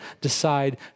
decide